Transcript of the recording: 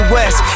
West